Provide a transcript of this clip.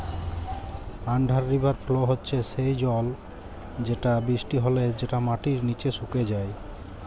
under river flow হচ্যে সেই জল যেটা বৃষ্টি হলে যেটা মাটির নিচে সুকে যায়